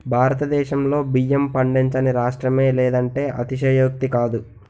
భారతదేశంలో బియ్యం పండించని రాష్ట్రమే లేదంటే అతిశయోక్తి కాదు